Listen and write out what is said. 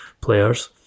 players